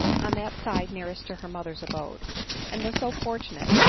on that side nearest to her mother's abode and was so fortunate,